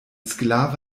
sklave